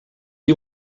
you